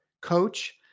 coach